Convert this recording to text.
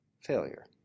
failure